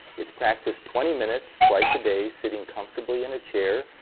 it's practiced twenty minutes twice a day, sitting comfortably in a chair,